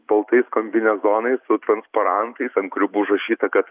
baltais kombinezonais su transparantais ant kurių buvo užrašyta kad